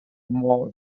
more